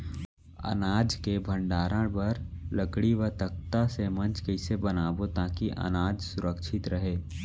अनाज के भण्डारण बर लकड़ी व तख्ता से मंच कैसे बनाबो ताकि अनाज सुरक्षित रहे?